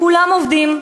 כולם עובדים.